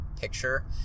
picture